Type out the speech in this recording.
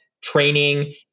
training